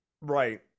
Right